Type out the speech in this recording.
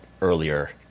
earlier